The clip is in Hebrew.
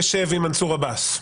אני לא אשב עם מנסור עבאס.